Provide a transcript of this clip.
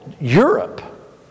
Europe